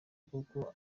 kuko